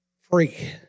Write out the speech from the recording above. free